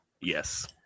yes